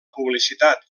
publicitat